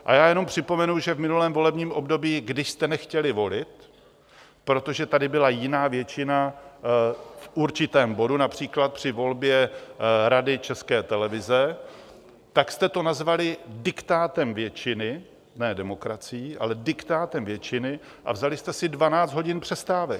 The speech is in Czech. A jenom připomenu, že v minulém volebním období, když jste nechtěli volit, protože tady byla jiná většina v určitém bodu, například při volbě Rady České televize, tak jste to nazvali diktátem většiny, ne demokracií, ale diktátem většiny, a vzali jste si dvanáct hodin přestávek.